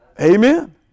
Amen